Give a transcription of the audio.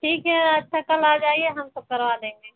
ठीक है अच्छा कल आ जाइए हम सब करवा देंगे